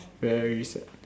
very sad